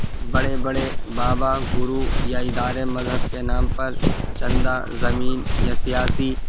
بڑے بڑے بابا گرو یا ادارے مذہب کے نام پر چندہ زمین یا سیاسی